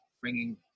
bringing